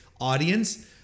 audience